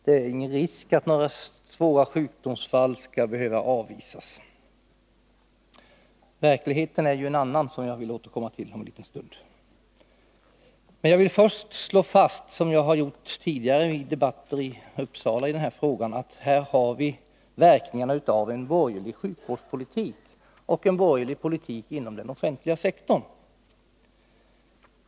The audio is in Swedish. Det finns ingen risk för att några svåra sjukdomsfall skall behöva avvisas. Men verkligheten är en annan, vilket jag skall återkomma till om en liten stund. Först vill jag emellertid slå fast, som jag har gjort tidigare i debatter om den här frågan i Uppsala, att vi här har verkningarna av en borgerlig sjukvårdspolitik och en borgerlig politik inom den offentliga sektorn.